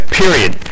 period